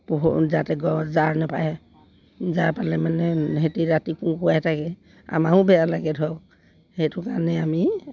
পোহৰ যাতে গৰ জাৰ নেপায়ে জাৰ পালে মানে সিহঁতি ৰাতি কুকোৱাই থাকে আমাৰো বেয়া লাগে ধৰক সেইটো কাৰণে আমি